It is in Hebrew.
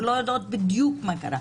ולא יודעות בדיוק מה קרה.